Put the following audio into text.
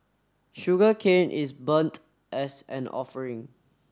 sugarcane is burnt as an offering